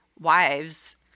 wives